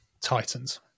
titans